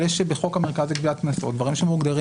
אבל בחוק המרכז לגביית קנסות יש דברים שמוגדרים